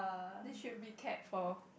that should be kept for